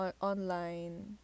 online